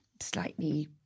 slightly